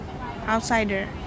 outsider